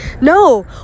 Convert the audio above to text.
No